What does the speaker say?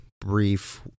brief